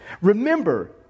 Remember